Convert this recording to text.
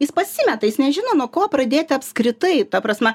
jis pasimeta jis nežino nuo ko pradėti apskritai ta prasme